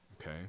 okay